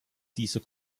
dieser